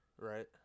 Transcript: right